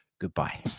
goodbye